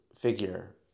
figure